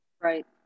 Right